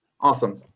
Awesome